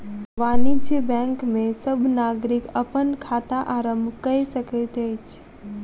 वाणिज्य बैंक में सब नागरिक अपन खाता आरम्भ कय सकैत अछि